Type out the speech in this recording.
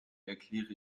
erkläre